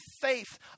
faith